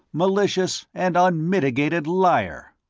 malicious, and unmitigated liar.